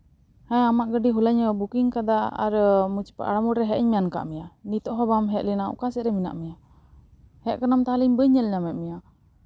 ᱦᱮᱸ ᱟᱢᱟᱜ ᱜᱟᱹᱰᱤ ᱦᱚᱞᱟᱧ ᱵᱩᱠᱤᱝ ᱠᱟᱫᱟ ᱟᱨ ᱢᱩᱪᱤ ᱯᱟᱲᱟ ᱢᱳᱲᱨᱮ ᱦᱮᱡ ᱤᱧ ᱢᱮᱱ ᱠᱟᱜ ᱢᱮᱭᱟ ᱱᱤᱛᱚᱜ ᱦᱚᱸ ᱵᱟᱢ ᱦᱮᱡ ᱞᱮᱱᱟ ᱚᱠᱟ ᱥᱮᱜ ᱨᱮ ᱢᱮᱱᱟᱜ ᱢᱮᱭᱟ ᱦᱮᱡ ᱠᱟᱱᱟᱢ ᱛᱟᱦᱚᱞᱮ ᱤᱧ ᱵᱟᱹᱧ ᱧᱮᱞ ᱧᱟᱢᱮᱜ ᱢᱮᱭᱟ